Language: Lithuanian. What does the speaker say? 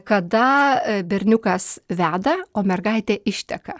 kada berniukas veda o mergaitė išteka